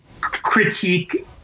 critique